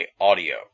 Audio